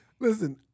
Listen